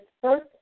first